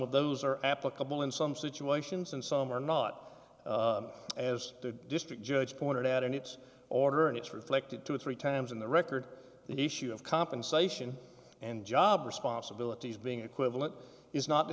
of those are applicable in some situations and some are not as the district judge pointed out in its order and it's reflected two or three times in the record the issue of compensation and job responsibilities being equivalent is not